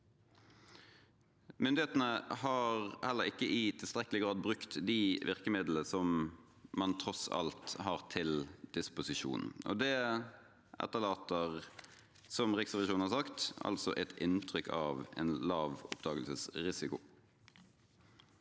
Myndighetene har heller ikke i tilstrekkelig grad brukt de virkemidlene som man tross alt har til disposisjon. Som Riksrevisjonen skriver, etterlater det et inntrykk av lav oppdagelsesrisiko.